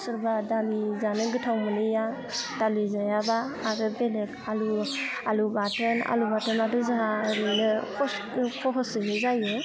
सोरबा दालि जानो गोथाव मोनैया दालि जायाबा आरो बेलेग आलु आलु बाथोन आलु बाथोनाथ' जोहा ओरैनो खस्थ' खहसैनो जायो